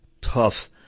tough